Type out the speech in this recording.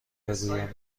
بگویم